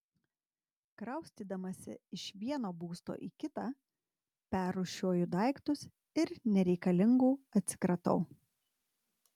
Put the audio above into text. kraustydamasi iš vieno būsto į kitą perrūšiuoju daiktus ir nereikalingų atsikratau